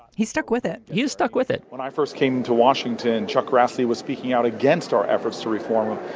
he stuck with it. he's stuck with it when i first came to washington, chuck grassley was speaking out against our efforts to reform.